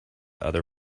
other